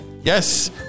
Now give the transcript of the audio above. Yes